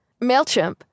MailChimp